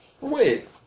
Wait